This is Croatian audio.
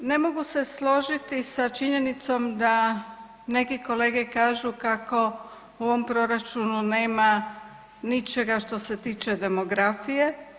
Ne mogu se složiti sa činjenicom da neki kolege kažu kako u ovom proračunu nema ničega što se tiče demografije.